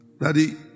Daddy